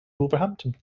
wolverhampton